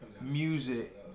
music